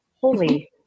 holy